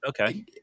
Okay